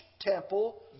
temple